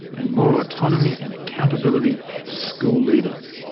and more autonomy and accountability for school leaders.